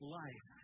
life